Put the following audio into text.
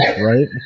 right